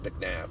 McNabb